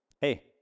hey